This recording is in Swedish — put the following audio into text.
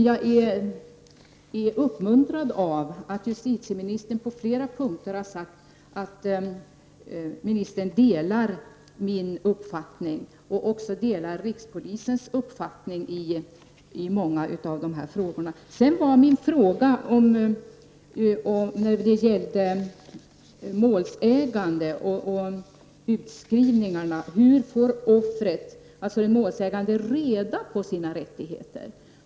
Jag är uppmuntrad av att justitieministern på flera punkter har sagt att hon delar min uppfattning och också rikspolisstyrelsens uppfattning i många av dessa frågor. Jag ställde en fråga om målsägande och utskrivningarna. Hur får offren, dvs. målsägandena, reda på sina rättigheter?